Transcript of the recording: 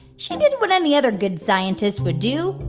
she did what any other good scientist would do,